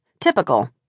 Typical